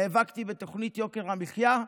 נאבקתי בתוכנית יוקר המחיה,